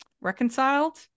reconciled